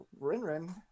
Rinrin